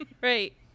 Right